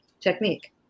technique